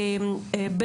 רצופים.